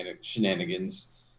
shenanigans